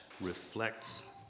reflects